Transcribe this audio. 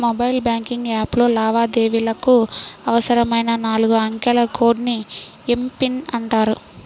mobile banking యాప్లో లావాదేవీలకు అవసరమైన నాలుగు అంకెల కోడ్ ని ఎమ్.పిన్ అంటారు